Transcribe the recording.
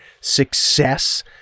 success